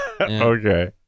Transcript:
Okay